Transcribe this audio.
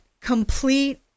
complete